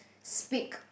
speak